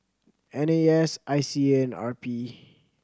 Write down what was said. N A S I C A and R P